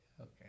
okay